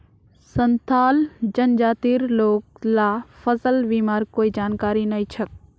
संथाल जनजातिर लोग ला फसल बीमार कोई जानकारी नइ छेक